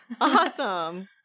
Awesome